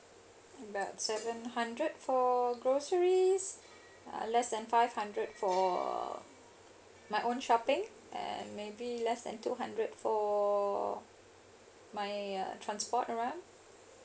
about seven hundred for groceries uh less than five hundred for my own shopping and maybe less than two hundred for my transport around